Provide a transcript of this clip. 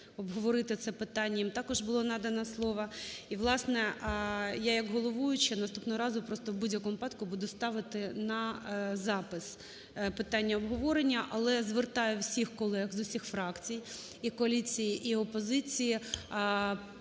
обговорити це питання, їм також було надано слово. І, власне, я як головуюча наступного разу просто в будь-якому випадку буду ставити на запис питання обговорення. Але звертаю всіх колег, з усіх фракцій – і коаліції, і опозиції